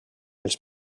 els